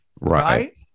right